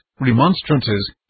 remonstrances